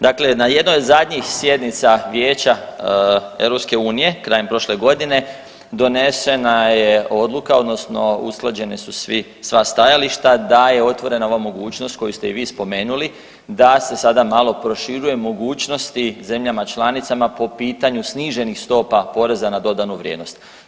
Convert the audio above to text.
Dakle, na jednoj od zadnjih sjednica Vijeća EU krajem prošle godine donesena je odluka, odnosno usklađena su sva stajališta da je otvorena ova mogućnost koju ste i vi spomenuli da se sada malo proširuju mogućnosti zemljama članicama po pitanju sniženih stopa poreza na dodanu vrijednost.